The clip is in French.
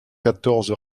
quatorze